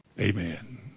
Amen